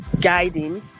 guiding